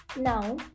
now